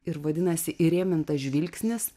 ir vadinasi įrėmintas žvilgsnis